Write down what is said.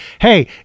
hey